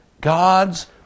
God's